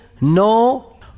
no